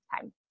time